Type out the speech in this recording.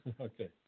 Okay